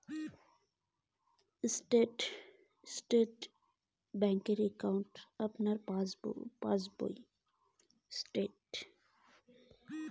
আমার পাশ বই টি কোন ধরণের একাউন্ট এর মধ্যে পড়ে?